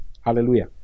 Hallelujah